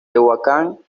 tehuacán